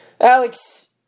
Alex